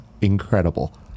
incredible